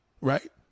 Right